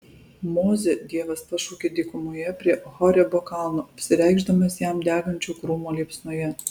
mozę dievas pašaukia dykumoje prie horebo kalno apsireikšdamas jam degančio krūmo liepsnoje